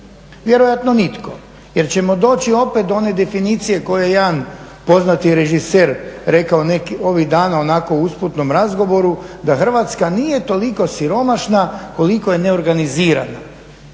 Vjerojatno nitko, jer ćemo doći opet do one definicije koje jedan poznati režiser rekao ovih dana onako u usputnom razgovoru da Hrvatska nije toliko siromašna koliko je neorganizirana.